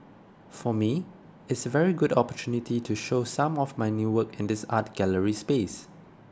for me it's very good opportunity to show some of my new work in this art gallery space